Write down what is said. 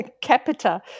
Capita